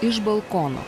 iš balkono